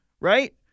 Right